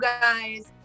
guys